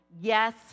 Yes